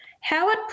Howard